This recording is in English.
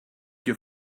your